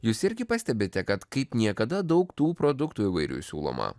jūs irgi pastebite kad kaip niekada daug tų produktų įvairių siūloma